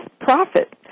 profit